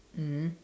mm